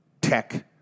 tech